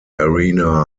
arena